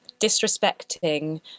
disrespecting